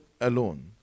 alone